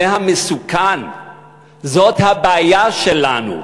זה המסוכן, זאת הבעיה שלנו.